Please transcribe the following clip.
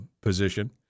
position